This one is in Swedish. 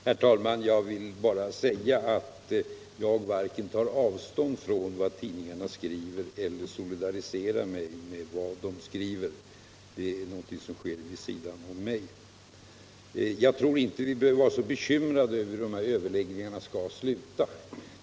Herr talman! Jag varken tar avstånd från eller solidariserar mig med vad tidningarna skriver. Det är någonting som sker oberoende av mig. Vi behöver inte vara så bekymrade över hur dessa överläggningar skall sluta.